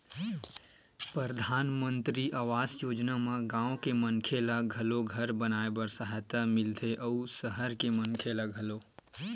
परधानमंतरी आवास योजना म गाँव के मनखे ल घलो घर बनाए बर सहायता मिलथे अउ सहर के मनखे ल घलो